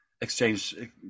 exchange